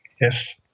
Yes